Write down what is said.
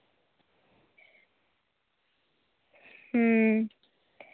ᱦᱩᱸ